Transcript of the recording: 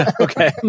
Okay